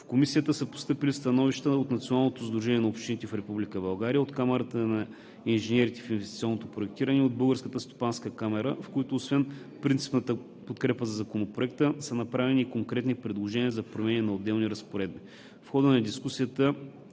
В Комисията са постъпили становища от Националното сдружение на общините в Република България, от Камарата на инженерите в инвестиционното проектиране и от Българската стопанска камара, в които освен принципната подкрепа за Законопроекта са направени и конкретни предложения за промени на отделни разпоредби. В хода на дискусията